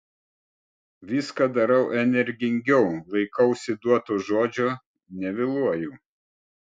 viską darau energingiau laikausi duoto žodžio nevėluoju